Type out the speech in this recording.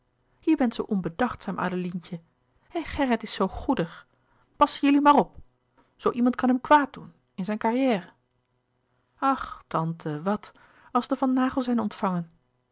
je bent zoo onbedachtzaam adelientje en gerrit is zoo goedig passen jullie maar op zoo iemand kan hem kwaad doen in zijn carrière ach tante wat als de van naghels hen ontvangen